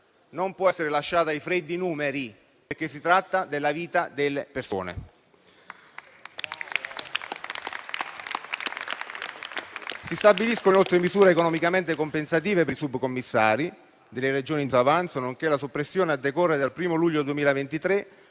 non può essere lasciata ai freddi numeri, perché si tratta della vita delle persone. Si stabiliscono inoltre misure economicamente compensative per i sub-commissari delle Regioni in disavanzo, nonché la soppressione, a decorrere dal 1o luglio 2023,